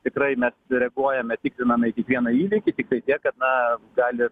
tikrai mes reaguojame tikriname kiekvieną įvykį tiktai tiek kad na jeigu gali